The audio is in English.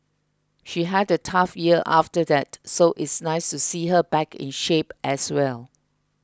she had a tough year after that so it's nice to see her back in shape as well